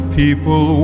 people